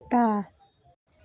Ta.